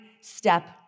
step